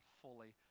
fully